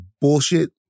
bullshit